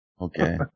Okay